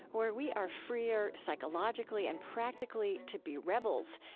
where we are freer, psychologically and practically, to be rebels.